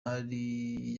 yari